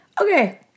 Okay